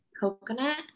Coconut